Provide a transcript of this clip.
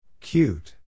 Cute